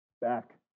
back